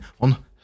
on